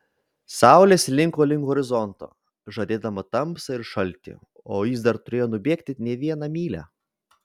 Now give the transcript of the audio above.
saulė slinko link horizonto žadėdama tamsą ir šaltį o jis dar turėjo nubėgti ne vieną mylią